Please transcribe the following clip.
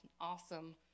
awesome